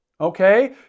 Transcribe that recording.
Okay